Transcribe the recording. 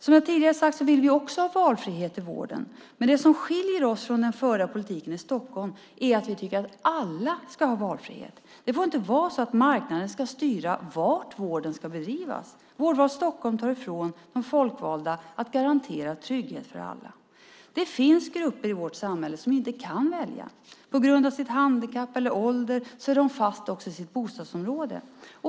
Som jag tidigare sagt vill vi också ha valfrihet i vården, men det som skiljer oss från den förda politiken i Stockholm är att vi tycker att alla ska ha valfrihet. Det får inte vara så att marknaden ska styra var vården ska bedrivas. Vårdval Stockholm tar ifrån de folkvalda möjligheten att garantera trygghet för alla. Det finns grupper i vårt samhälle som inte kan välja. På grund av sitt handikapp eller sin ålder är de fast i sitt bostadsområde.